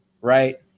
right